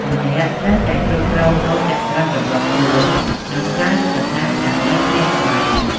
ម្នាក់ត្រូវតែគ្រប់គ្រងកូនចត្រង្គរបស់ខ្លួន និងប្រើយុទ្ធសាស្ត្រដើម្បីឈ្នះល្បែង។